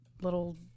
little